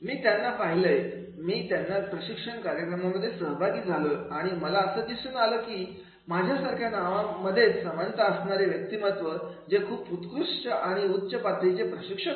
मी त्यांना पाहिलंय मी मी त्यांच्या प्रशिक्षण कार्यक्रमात सहभागी झालेलो आणि मला असं दिसून आलं की माझ्यासारख्याच नावामध्ये समानता असणारे व्यक्तिमत्व जे खूप उत्कृष्ट आणि उच्च पातळीचे प्रशिक्षक आहेत